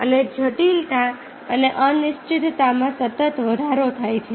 અને જટિલતા અને અનિશ્ચિતતામાં સતત વધારો થાય છે